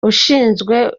ushinzwe